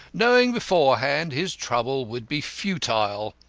knowing beforehand his trouble would be futile.